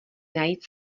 najít